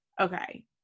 okay